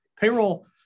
Payroll